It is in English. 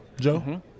Joe